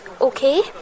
okay